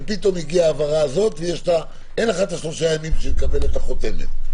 פתאום הגיעה ההעברה הזו ואין את שלושת הימים בשביל לקבל את החותמת,